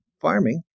farming